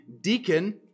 deacon